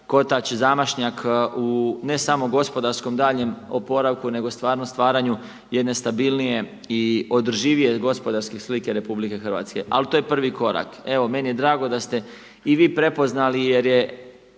kotač zamašnjak u ne samo gospodarskom daljnjem oporavku nego stvarno stvaranju jedne stabilnije i održivije gospodarske slike Republike Hrvatske. Ali to je prvi korak. Evo meni je drago da ste i vi prepoznali jer je